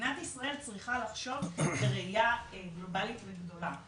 מדינת ישראל צריכה לחשוב מבחינה גלובלית וגדולה.